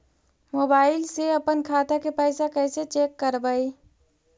Mobile से अपन खाता के पैसा कैसे चेक करबई?